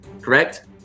correct